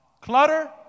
Clutter